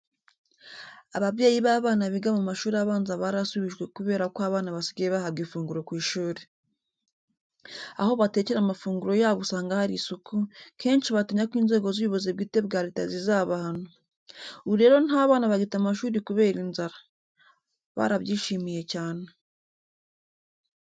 Ababyeyi b'abana biga mu mashuri abanza barasubijwe kubera ko abana basigaye bahabwa ifunguro ku ishuri. Aho batekera amafunguro yabo usanga hari isuku, kenshi batinya ko inzego z'ubuyobozi bwite bwa leta zizabahana. Ubu rero nta bana bagita amashuri kubera inzara. Barabyishimiye chane.